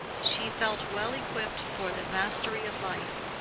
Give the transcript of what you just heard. she felt well equipped for the mastery of life.